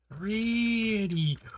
ready